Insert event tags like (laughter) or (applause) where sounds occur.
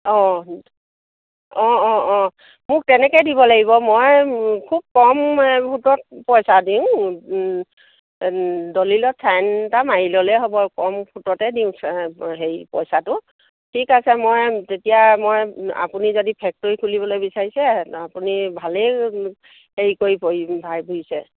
অঁ অঁ অঁ অঁ মোক তেনেকে দিব লাগিব মই খুব কম সুদত পইচা দিওঁ দলিলত চাইন এটা মাৰি ল'লেই হ'ব কম সুদতে দিওঁ হেৰি পইচাটো ঠিক আছে মই তেতিয়া মই আপুনি যদি ফেক্টৰী খুলিবলে বিচাৰিছে আপুনি ভালেই হেৰি কৰি (unintelligible)